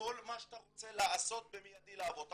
כל מה שאתה רוצה לעשות במיידי לעבוד.